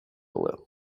blue